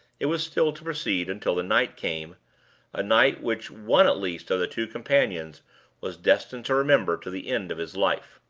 it was still to proceed, until the night came a night which one at least of the two companions was destined to remember to the end of his life.